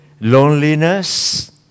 Loneliness